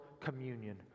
communion